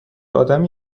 آدمی